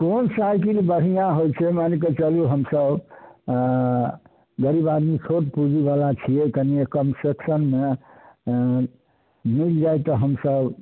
कोन साइकिल बढ़िआँ होइ छै मानि कऽ चलू हमसभ गरीब आदमी छोट पूँजीवला छियै कनिए कन्सेसनमे मिल जाय तऽ हमसभ